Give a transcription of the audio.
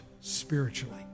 spiritually